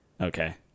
Okay